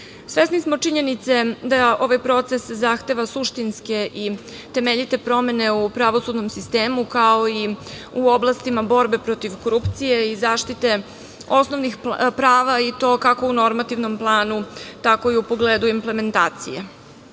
smo činjenice da ovaj proces zahteva suštinske i temeljite promene u pravosudnom sistemu, kao i u oblastima borbe protiv korupcije i zaštite osnovnih prava, i to kako u normativnom planu, tako i u pogledu implementacije.U